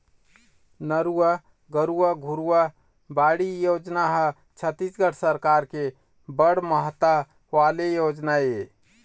नरूवा, गरूवा, घुरूवा, बाड़ी योजना ह छत्तीसगढ़ सरकार के बड़ महत्ता वाले योजना ऐ